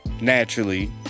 Naturally